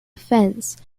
fence